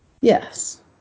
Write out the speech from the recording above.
Yes